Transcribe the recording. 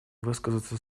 высказаться